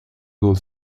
gold